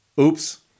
oops